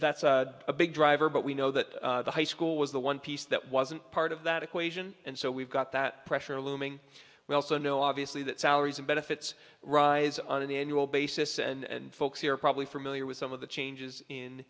that's a big driver but we know that the high school was the one piece that wasn't part of that equation and so we've got that pressure looming we also know obviously that salaries and benefits rise on an annual basis and folks here are probably familiar with some of the changes in